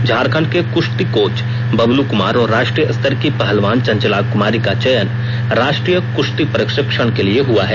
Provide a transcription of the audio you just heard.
झारखंड के कुश्ती कोच बबलू कुमार और राष्ट्रीय स्तर की पहलवान चंचला कुमारी का चयन राष्ट्रीय कृश्ती प्रशिक्षण के लिए हुआ है